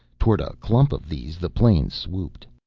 toward a clump of these the plane swooped.